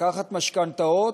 לקחת משכנתאות,